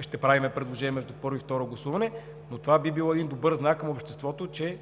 ще правим предложения между първо и второ гласуване, но това би било добър знак към обществото, че